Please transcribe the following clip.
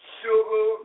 sugar